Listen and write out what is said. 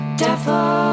devil